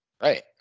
Right